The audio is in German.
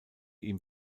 ihm